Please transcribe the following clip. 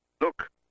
Look